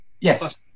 Yes